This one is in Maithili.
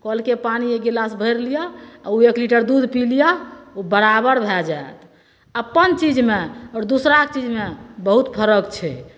कलके पानि एक गिलास भैरि लिअ ओ एक लीटर दूध पी लिअ ओ बराबर भए जायत अपन चीजमे आओर दोसराके चीजमे बहुत फर्क छै